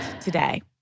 today